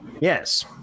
Yes